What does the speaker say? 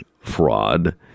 fraud